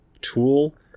tool